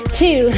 two